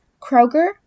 Kroger